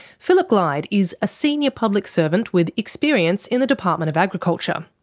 phillip glyde is a senior public servant with experience in the department of agriculture.